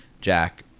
jack